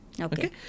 Okay